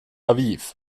aviv